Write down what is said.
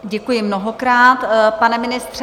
Děkuji mnohokrát, pane ministře.